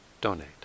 donate